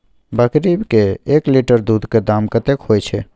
बकरी के एक लीटर दूध के दाम कतेक होय छै?